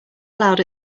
allowed